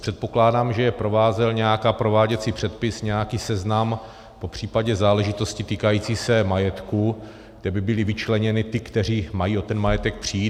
Předpokládám, že je provázel nějaký prováděcí předpis, nějaký seznam, popř. záležitosti týkající se majetku, kde by byly vyčleněni ti, kteří mají o ten majetek přijít.